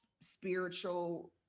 spiritual